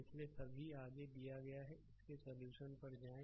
इसलिए सभी आगे दिया गया है इसके सॉल्यूशन पर जाएं